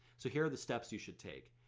so here are the steps you should take.